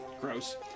Gross